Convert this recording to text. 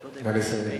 נא לסיים.